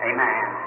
Amen